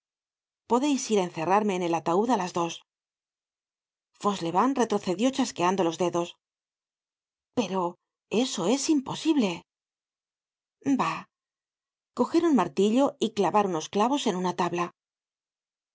podeis ir á encerrarme en el ataud á las dos fauchelevent retrocedió chasqueando los dedos pero eso es imposible bah coger un martillo y clavar unos clavos en una tabla lo